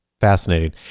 Fascinating